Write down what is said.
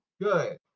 Good